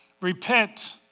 repent